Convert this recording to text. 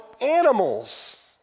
animals